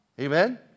Amen